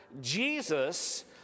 Jesus